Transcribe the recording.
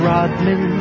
Rodman